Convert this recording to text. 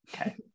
Okay